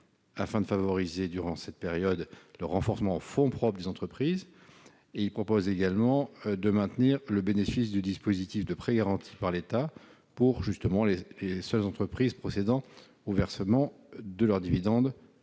afin de favoriser durant la crise le renforcement en fonds propres des entreprises, et, d'autre part, de maintenir le bénéfice du dispositif de prêt garanti par l'État pour les seules entreprises procédant au versement de leurs dividendes